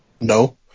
No